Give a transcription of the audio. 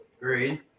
Agreed